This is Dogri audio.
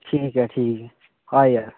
ठीक ऐ ठीक ऐ आया